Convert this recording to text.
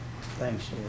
Thanks